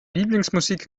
lieblingsmusik